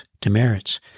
demerits